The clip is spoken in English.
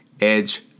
edge